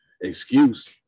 excuse